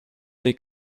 they